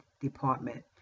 department